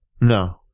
No